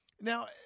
Now